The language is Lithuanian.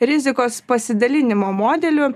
rizikos pasidalinimo modeliu